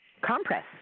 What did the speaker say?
compress